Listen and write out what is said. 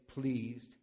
pleased